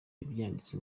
yabyanditse